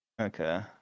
Okay